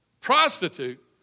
Prostitute